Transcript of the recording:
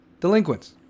Delinquents